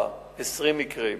4. כמה כתבי-אישום הוגשו